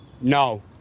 No